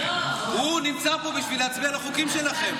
הוא נמצא פה בשביל להצביע לחוקים שלכם.